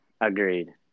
agreed